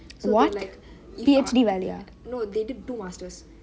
what P_H_D வேரையா:vereiyaa ah